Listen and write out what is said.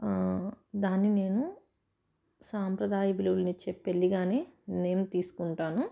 దాన్ని నేను సాంప్రదాయ విలువలను ఇచ్చే పెళ్లి కానీ నేమ్ తీసుకుంటాను